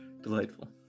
Delightful